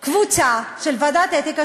קבוצה של ועדת האתיקה,